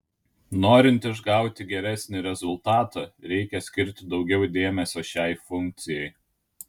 norint išgauti geresnį rezultatą reikia skirti daugiau dėmesio šiai funkcijai